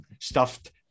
stuffed